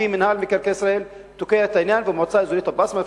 כי מינהל מקרקעי ישראל תוקע את העניין במועצה האזורית אבו-בסמה.